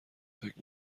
فکر